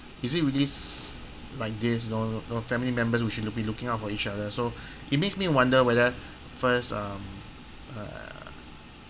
is he really s~ like this know know family members we should be looking out for each other so it makes me wonder whether first um err